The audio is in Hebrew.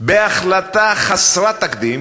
בהחלטה חסרת תקדים,